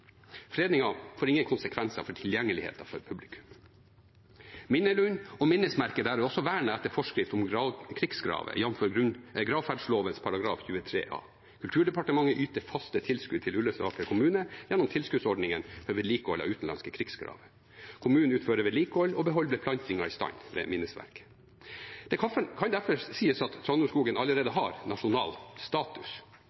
får ingen konsekvenser for tilgjengeligheten for publikum. Minnelunden og minnesmerket der er også vernet etter forskrift om krigsgraver, jf. gravferdsloven § 23 a. Kulturdepartementet yter faste tilskudd til Ullensaker kommune gjennom tilskuddsordningen for vedlikehold av utenlandske krigsgraver. Kommunen utfører vedlikehold og holder beplantningen i stand ved minnesmerket. Det kan derfor sies at Trandumskogen allerede